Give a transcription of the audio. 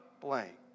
blank